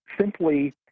simply